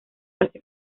casi